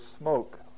smoke